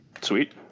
sweet